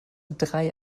drei